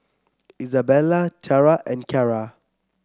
Izabella Tiarra and Kyara